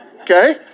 Okay